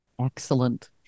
Excellent